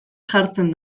jartzen